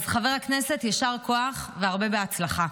אז חבר הכנסת, יישר כוח והרבה הצלחה.